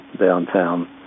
downtown